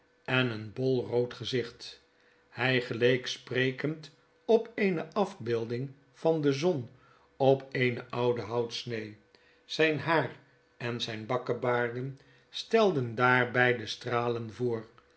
en een bol rood geziclit hy geleek sprekend op eene af beelding van de zon op eene oude houtsnee zyn haar en zyne bakkebaarden stelden daarby de stralen voor